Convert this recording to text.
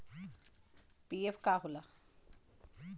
PF का होला?